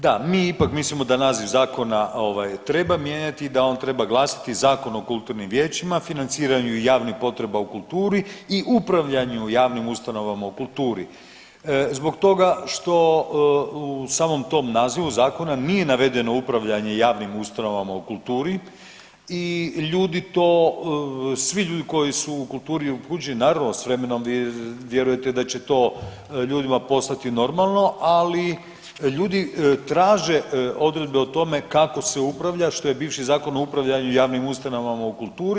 Da, mi ipak mislimo da naziv zakona treba mijenjati i da on treba glasiti Zakon o kulturnim vijećima, financiranju javnih potreba u kulturi i upravljanju javnim ustanovama u kulturi, zbog toga što u samom tom nazivu zakona nije navedeno upravljanje javnim ustanovama u kulturi i ljudi to svi ljudi koji su u kulturi … naravno vi vjerujete da će to ljudima postati normalno, ali ljudi traže odredbe o tome kako se upravlja što je bivši zakon o upravljanju javnim ustanovama u kulturi.